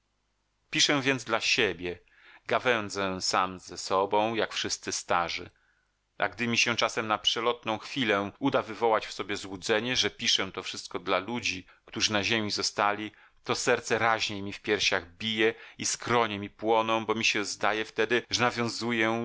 piszę więc dla siebie gawędzę sam ze sobą jak wszyscy starzy a gdy mi się czasem na przelotną chwilę uda wywołać w sobie złudzenie że piszę to wszystko dla ludzi którzy na ziemi zostali to serce raźniej mi w piersiach bije i skronie mi płoną bo mi się zdaje wtedy że nawiązuję